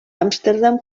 amsterdam